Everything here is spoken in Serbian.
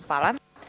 Hvala.